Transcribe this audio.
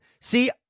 see